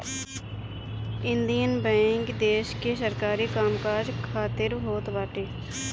Indian bank देस के सरकारी काम काज खातिर होत बाटे